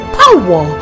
power